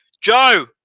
Joe